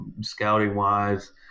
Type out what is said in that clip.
scouting-wise